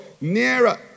Nearer